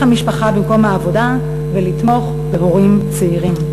המשפחה במקום העבודה ולתמוך בהורים צעירים.